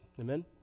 Amen